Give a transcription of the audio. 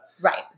Right